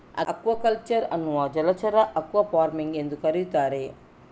aquaculture ಅನ್ನು ಜಲಚರ aquafarming ಎಂದೂ ಕರೆಯುತ್ತಾರೆ